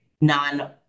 non